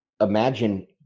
imagine